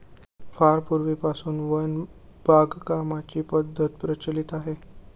फार पूर्वीपासून वन बागकामाची पद्धत प्रचलित आहे